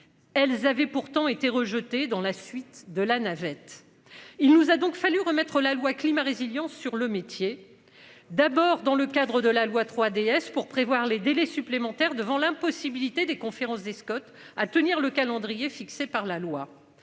Elles avaient pourtant été rejetées dans la suite de la navette. Il nous a donc fallu remettre la loi climat résilience sur le métier d'abord dans le cadre de la loi 3DS pour prévoir les délais supplémentaires devant l'impossibilité des conférences des Scott à tenir le calendrier fixé par la loi.